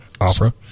opera